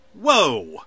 Whoa